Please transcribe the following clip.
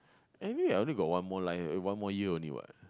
anyway I only got one more li~ eh one more year only what